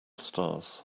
stars